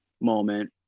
moment